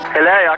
Hello